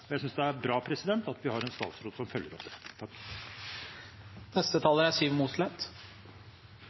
Jeg synes det er bra at vi har en statsråd som følger det opp.